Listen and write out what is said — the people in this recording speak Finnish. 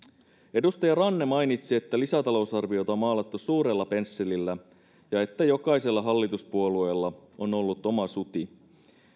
edustaja ranne mainitsi että lisätalousarviota on maalattu suurella pensselillä ja että jokaisella hallituspuolueella on ollut oma suti